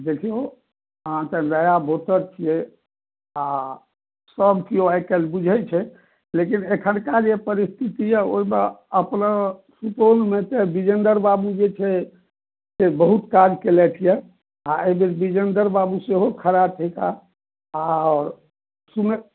देखियौ अहाँसभ नया वोटर छियै आ सभ केओ आइ काल्हि बुझै छै लेकिन अखुनका जे परिस्थिति अइ ओहिमे अपना टोलमे जे विजयेंदर बाबू जे छै से बहुत काज केलथि यऽ आ एहि बेर विजयेंदर बाबू सेहो खड़ा थिकाह आओर